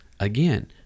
Again